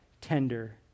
tender